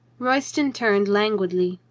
royston turned languidly.